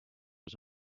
was